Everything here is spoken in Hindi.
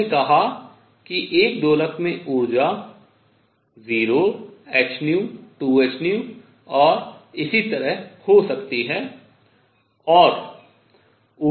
हमने कहा कि एक दोलक में ऊर्जा 0hν 2hν और इसी तरह हो सकती है